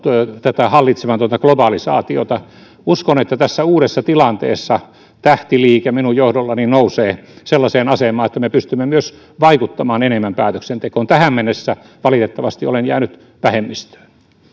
tätä hallitsematonta globalisaatiota uskon että tässä uudessa tilanteessa tähtiliike minun johdollani nousee sellaiseen asemaan että me pystymme vaikuttamaan enemmän myös päätöksentekoon tähän mennessä valitettavasti olen jäänyt vähemmistöön